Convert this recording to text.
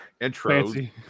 intros